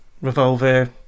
revolver